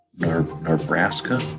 Nebraska